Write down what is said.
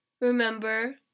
remember